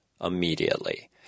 immediately